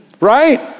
Right